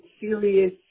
serious